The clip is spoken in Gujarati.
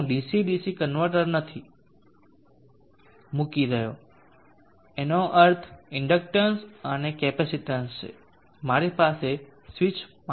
હું ડીસી ડીસી કન્વર્ટર નથી મૂકી રહ્યો જેનો અર્થ ઇન્ડક્ટન્સ અને કેપેસિટીન્સ છે મારી પાસે સ્વિચ કરવા માટે ચોપર છે